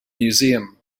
museum